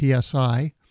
PSI